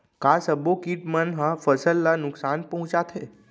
का सब्बो किट मन ह फसल ला नुकसान पहुंचाथे?